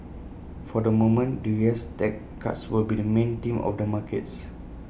for the moment the U S tax cuts will be the main theme of the markets